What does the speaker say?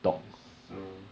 yes sir